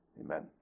Amen